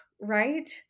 right